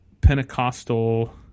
Pentecostal